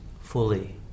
fully